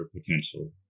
potential